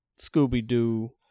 Scooby-Doo